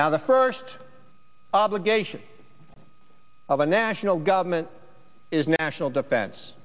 now the first obligation of a national government is national defen